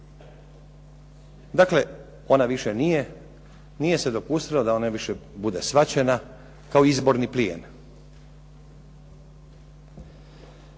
Dakle, ona više nije, nije se dopustilo da ona više bude shvaćena kao izborni plijen.